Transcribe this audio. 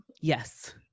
yes